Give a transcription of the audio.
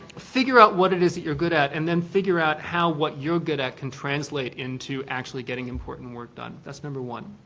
figure out what it is that you're going at and then figure out how what you're good at can translate into actually getting important work done. that's number one.